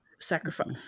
sacrifice